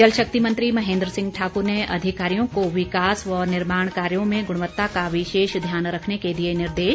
जल शक्ति मंत्री महेन्द्र सिंह ठाकूर ने अधिकारियों को विकास व निर्माण कार्यों में गुणवत्ता का विशेष ध्यान रखने के दिए निर्देश